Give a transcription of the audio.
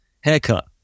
Haircut